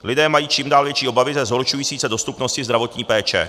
Lidé mají čím dál větší obavy ze zhoršující se dostupnosti zdravotní péče.